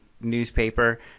newspaper